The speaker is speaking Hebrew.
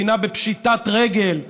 מדינה בפשיטת רגל,